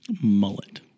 Mullet